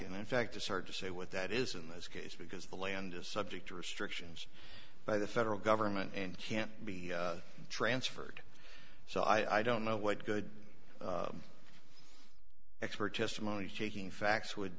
and in fact it's hard to say what that is in this case because the land is subject to restrictions by the federal government and can't be transferred so i don't know what good expert testimony taking facts would